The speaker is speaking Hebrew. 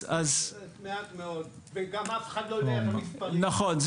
אבל העיקרון הזה